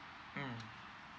mm